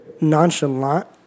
nonchalant